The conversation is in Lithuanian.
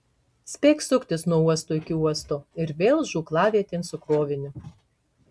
spėk suktis nuo uosto iki uosto ir vėl žūklavietėn su kroviniu